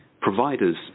providers